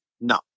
No